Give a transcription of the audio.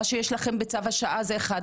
מה שיש לכם בצו השעה זה אחד.